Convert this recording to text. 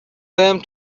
بهم